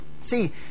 See